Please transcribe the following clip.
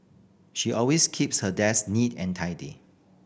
she always keeps her desk neat and tidy